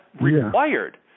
required